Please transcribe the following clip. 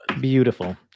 beautiful